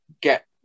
get